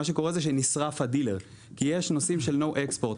למעשה נשרף הדילר כי יש נושאים של no export.